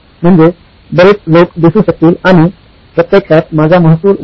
म्हणजे बरेच लोक दिसू शकतील आणि प्रत्यक्षात माझा महसूल वाढेल